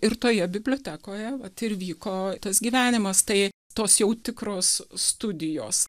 ir toje bibliotekoje vat ir vyko tas gyvenimas tai tos jau tikros studijos